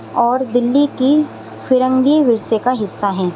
اور دلی کی فرنگی ورثے کا حصہ ہیں